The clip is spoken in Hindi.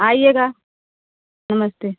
आइएगा नमस्ते